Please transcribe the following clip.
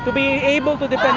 be able to defend